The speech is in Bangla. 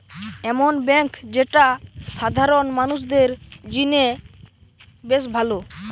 এমন বেঙ্ক যেটা সাধারণ মানুষদের জিনে বেশ ভালো